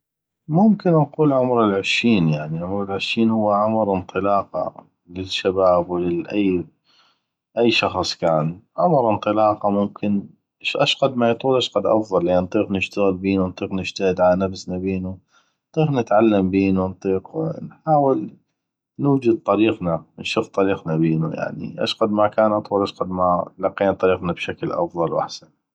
ممكن نقول عمرال 20 يعني عمر العشين هو عمر انطلاقة للشباب ول أي شخص كان عمر انطلاقه ممكن اشقد ما يطول اشقد افضل لان نطيق نشتغل نطيق نجتهد على نفسنا بينو نطيق نتعلم بينو نحاول نوجد طريقنا نشق طريقنا بينو اشقد ما كان اطول اشقد ما لقينا طريقنا بشكل افضل واحسن